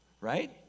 right